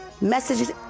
Messages